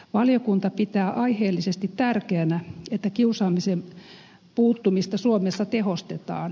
valiokunta pitää aiheellisesti tärkeänä että kiusaamiseen puuttumista suomessa tehostetaan